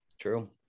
True